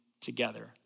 together